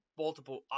Multiple